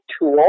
tool